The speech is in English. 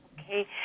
Okay